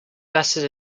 vested